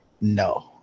No